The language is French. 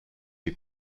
des